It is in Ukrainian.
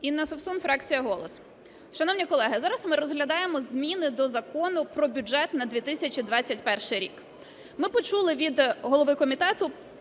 Інна Совсун, фракція "Голос". Шановні колеги, зараз ми розглядаємо зміни до Закону про бюджет на 2021 рік. Ми почули від голови комітету